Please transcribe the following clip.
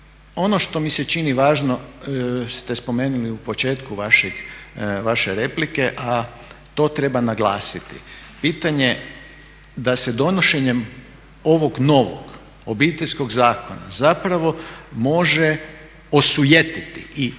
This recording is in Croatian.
ono što mi se čini važno ste spomenuli u početku vaše replike a to treba naglasiti. Pitanje da se donošenjem ovog novog Obiteljskog zakona zapravo može osujetiti i ako